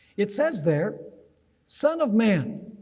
it says there son of man,